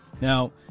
Now